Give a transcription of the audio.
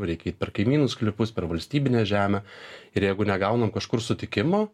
reikia eit per kaimynų sklypus per valstybinę žemę ir jeigu negaunam kažkur sutikimų